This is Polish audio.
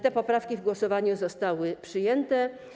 Te poprawki w głosowaniu zostały przyjęte.